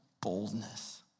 boldness